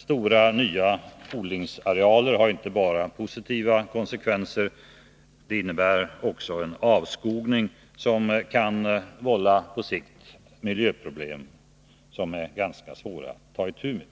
Stora nya odlingsarealer har inte bara positiva konsekvenser. De innebär också en avskogning, som på sikt kan vålla miljöproblem som är ganska svåra att ta itu med.